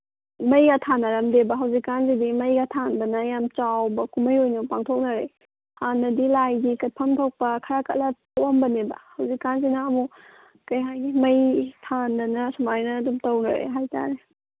ꯃꯩꯒ ꯊꯥꯟꯅꯔꯝꯗꯦꯕ ꯍꯧꯖꯤꯛꯀꯥꯟꯁꯤꯗꯤ ꯃꯩꯒ ꯊꯥꯟꯗꯅ ꯌꯥꯝ ꯆꯥꯎꯕ ꯀꯨꯝꯍꯩ ꯑꯣꯏꯅ ꯄꯥꯡꯊꯣꯛꯅꯔꯦ ꯍꯥꯟꯅꯗꯤ ꯂꯥꯏꯒꯤ ꯀꯠꯐꯝ ꯊꯣꯛꯄ ꯈꯔ ꯀꯠꯂ ꯇꯣꯛꯑꯝꯕꯅꯤꯕ ꯍꯧꯖꯤꯛꯀꯥꯟꯁꯤꯅ ꯑꯃꯨꯛ ꯀꯔꯤ ꯍꯥꯏꯅꯤ ꯃꯩ ꯊꯥꯟꯗꯅ ꯁꯨꯃꯥꯏꯅ ꯑꯗꯨꯝ ꯇꯧꯅꯔꯦ ꯍꯥꯏ ꯇꯥꯔꯦ